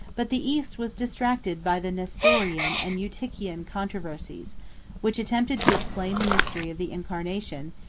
but the east was distracted by the nestorian and eutychian controversies which attempted to explain the mystery of the incarnation,